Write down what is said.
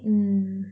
mm